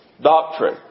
doctrine